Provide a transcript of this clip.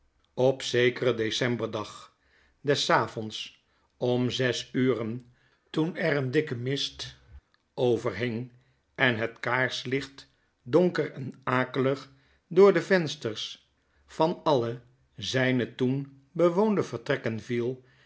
op zekeren decemberdag des avonds om zes uren toen er een dikke mist over hing en het kaarslicht donker en akelig door de vensters van al zyne toen bewoonde vertrekken viel